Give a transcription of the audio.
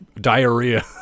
Diarrhea